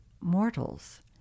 mortals